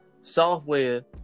software